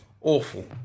awful